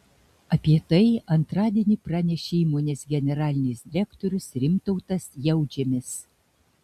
apie tai antradienį pranešė įmonės generalinis direktorius rimtautas jautžemis